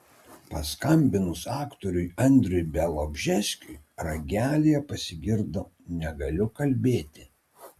paskambinus aktoriui andriui bialobžeskiui ragelyje pasigirdo negaliu kalbėti